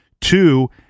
Two